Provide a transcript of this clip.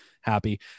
happy